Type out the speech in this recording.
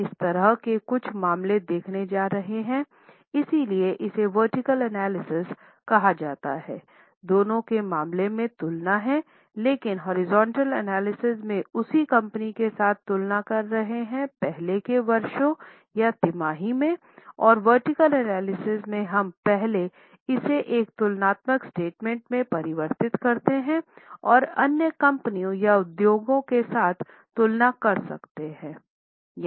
हम इस तरह के कुछ मामले देखने जा रहे हैं इसलिए इसे वर्टीकल एनालिसिस में हम पहले इसे एक तुलनात्मक स्टेटमेंट में परिवर्तित करते हैं और अन्य कंपनियों या उद्योग के साथ तुलना कर सकते हैं